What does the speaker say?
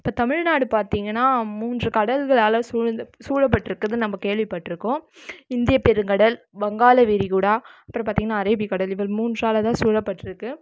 இப்போ தமிழ்நாடு பார்த்திங்கனா மூன்று கடல்களால் சூழ்ந்து சூழப்பட்டு இருக்குதுன்னு நம்ப கேள்விப்பட்டிருக்கோம் இந்திய பெருங்கடல் வங்காள விரிகுடா அப்புறம் பார்த்திங்கனா அரபிக்கடல் இது மூன்றால் தான் சூழப்பட்டிருக்கு